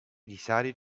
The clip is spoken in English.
decided